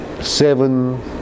seven